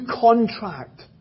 contract